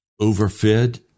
Overfed